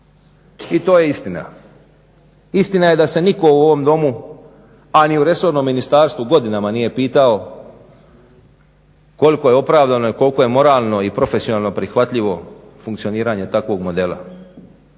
I to je istina. Istina je da se nitko u ovom Domu, a ni u resornom ministarstvu godinama nije pitao koliko je opravdano i koliko je moralno i profesionalno prihvatljivo funkcioniranje takvog modela.